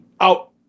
out